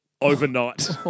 overnight